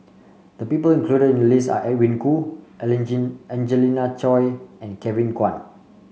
the people included in the list are Edwin Koo Angelina Choy and Kevin Kwan